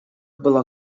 была